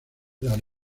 las